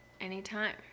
anytime